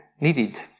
needed